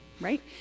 right